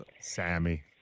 Sammy